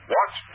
Watch